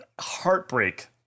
heartbreak